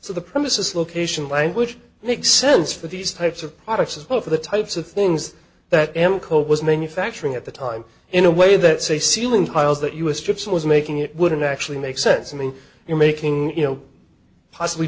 so the premises location language makes sense for these types of products as well for the types of things that i am cold was manufacturing at the time in a way that say ceiling tiles that u s troops was making it wouldn't actually make sense to me you're making you know possibly